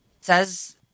says